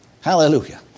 Hallelujah